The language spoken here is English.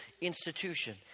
institution